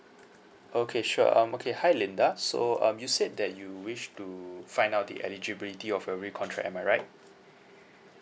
okay sure um okay hi linda so um you said that you wish to find out the eligibility of a recontract am I right